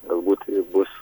galbūt tai bus